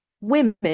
women